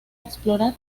explorar